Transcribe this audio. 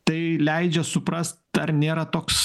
tai leidžia suprast ar nėra toks